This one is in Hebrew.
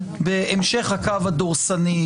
בהמשך הקו הדורסני,